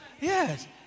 yes